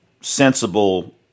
sensible